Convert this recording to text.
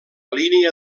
línia